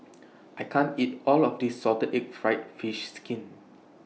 I can't eat All of This Salted Egg Fried Fish Skin